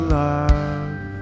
love